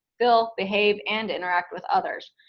feel, behave, and interact with others.